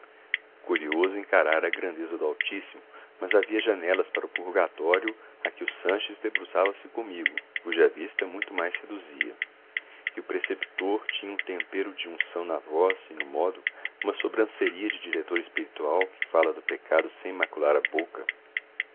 curioso encarar a grandeza do altíssimo mas havia janelas para o purgatório a que o sanches se debruçava comigo cuja vista muito mais seduzia e o preceptor tinha um tempero de unção na voz e no modo uma sobranceria de diretor espiritual que fala do pecado sem macular a boca